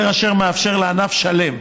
היתר אשר מאפשר לענף שלם